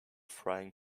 frying